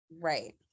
Right